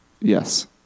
Yes